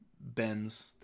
Benz